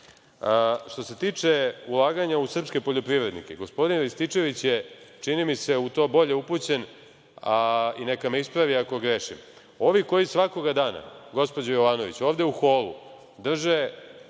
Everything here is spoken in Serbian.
se tiče ulaganja u srpske poljoprivrednike, gospodin Rističević je, čini mi se, u to bolje upućen i neka me ispravi ako grešim. Ovi koji svakoga dana, gospođo Jovanović, ovde u holu drže